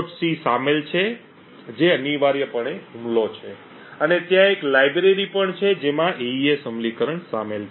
c' શામેલ છે જે અનિવાર્યપણે હુમલો છે અને ત્યાં એક લાઇબ્રેરી પણ છે જેમાં AES અમલીકરણ શામેલ છે